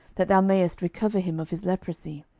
that thou mayest recover him of his leprosy.